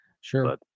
Sure